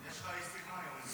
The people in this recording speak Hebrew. יש לך איש שיחה --- רציני.